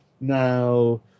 Now